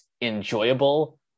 enjoyable